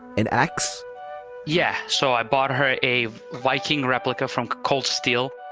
an axe yeah. so i bought her a viking replica from cold steel,